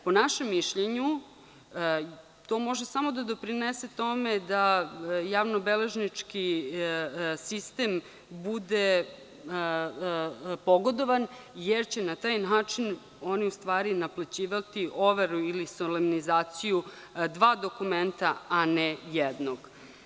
Po našem mišljenju, to može samo da doprinese tome da javno-beležnički sistem bude pogodovan, jer će na taj način oni u stvari naplaćivati overu ili solemnizaciju dva dokumenta, a ne jednog.